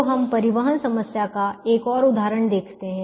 तो हम परिवहन समस्या का एक और उदाहरण देखते हैं